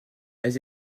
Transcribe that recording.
elles